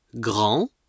grand